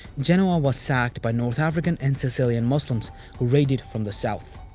genoa was sacked by north african and sicilian muslims who raided from the south.